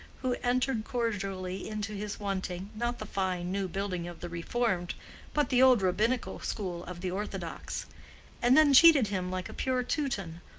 who entered cordially into his wanting, not the fine new building of the reformed but the old rabbinical school of the orthodox and then cheated him like a pure teuton,